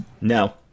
No